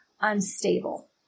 unstable